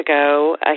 ago